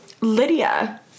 Lydia